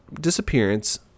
disappearance